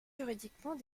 juridiquement